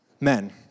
men